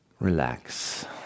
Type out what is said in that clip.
Relax